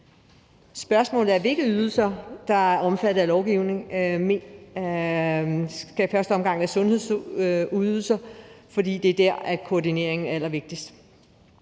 Spørgsmålet er, hvilke ydelser der er omfattet af lovgivningen. I første omgang skal det være sundhedsydelser, fordi det er der, koordineringen er allervigtigst.